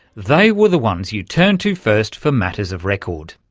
they were the ones you turned to first for matters of record.